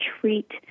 treat